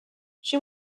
she